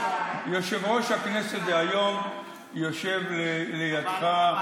יושב-ראש הכנסת דהיום יושב לידך,